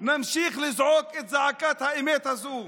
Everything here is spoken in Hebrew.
נמשיך לזעוק את זעקת האמת הזו